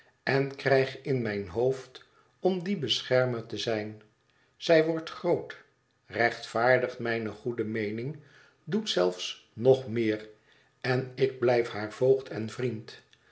en krijg in mijn hoofd om die beschermer te zijn zij wordt groot rechtvaardigt mijne goede meening doet zelfs nog meer en ik blijf haar voogd en vriend